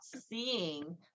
seeing